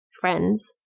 friends